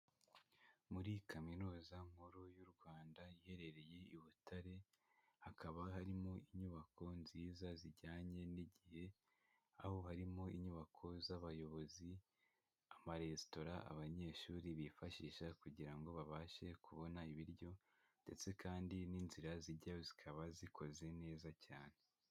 Muri kaminuza nkuru y'u Rwanda iherereye i Butare, hakaba harimo inyubako nziza zijyanye n'igihe, aho harimo inyubako z'abayobozi, amaresitora abanyeshuri bifashisha kugira ngo babashe kubona ibiryo ndetse kandi n'inzira zijyayo zikaba zikoze neza cyane.